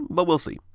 but we'll see.